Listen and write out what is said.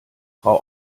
frau